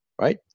right